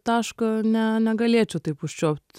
taško ne negalėčiau taip užčiuopt